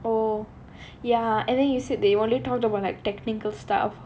oh ya and then you said they only talked about like technical stuff